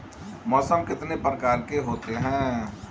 मौसम कितने प्रकार के होते हैं?